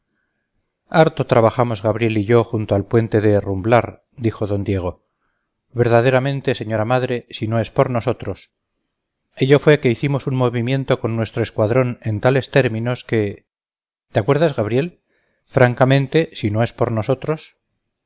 harto trabajamos gabriel y yo junto al puente de herrumblar dijo d diego verdaderamente señora madre si no es por nosotros ello fue que hicimos un movimiento con nuestro escuadrón en tales términos que te acuerdas gabriel francamente si no es por nosotros